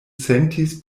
sentis